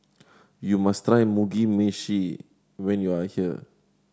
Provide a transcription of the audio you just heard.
you must try Mugi Meshi when you are here